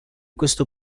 questo